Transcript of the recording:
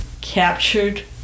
captured